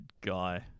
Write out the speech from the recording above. guy